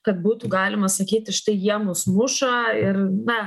kad būtų galima sakyti štai jie mus muša ir na